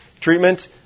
Treatment